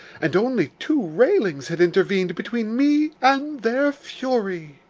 and only two railings had intervened between me and their fury.